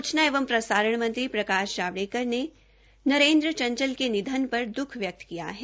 सूचना एवं प्रसारण मंत्री प्रकाश जावड़कर ने नऐद्र चंचल के निधन पर दुख व्यक्त किया है